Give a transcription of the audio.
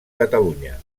catalunya